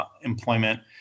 employment